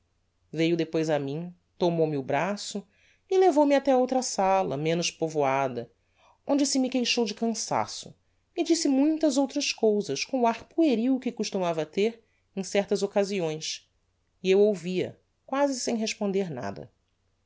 veiu depois a mim tomou-me o braço e levou-me até outra sala menos povoada onde se me queixou de cançaço e disse muitas outras cousas com o ar pueril que costumava ter em certas occasiões e eu ouvi a quasi sem responder nada